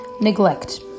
neglect